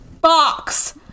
box